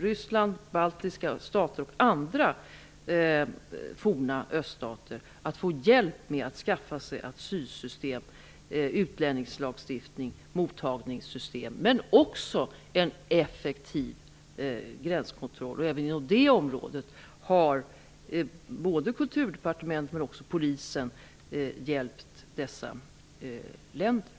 Ryssland, de baltiska staterna och andra forna öststater har därför ett önskemål att få hjälp med att skaffa sig asylsystem, utlänningslagstiftning, mottagningssystem men också en effektiv gränskontroll. Inom det området har både Kulturdepartementet och Polisen hjälpt dessa länder.